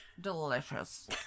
delicious